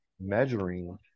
measuring